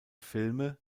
filme